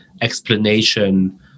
explanation